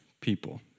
people